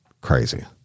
Crazy